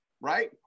Right